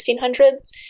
1600s